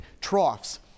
troughs